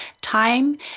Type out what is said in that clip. time